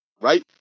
right